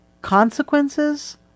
consequences